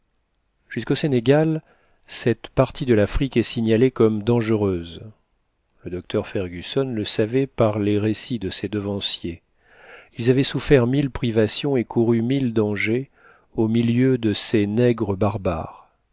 jusqu'au sénégal cette partie de l'afrique est signalée comme dangereuse le docteur fergusson le savait par les récits de ses devanciers ils avaient souffert mille privations et couru mille dangers au milieu de ces nègres barbares